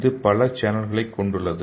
இது பல சேனல்களைக் கொண்டுள்ளது